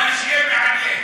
אבל שיהיה מעניין.